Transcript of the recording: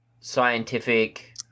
scientific